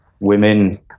women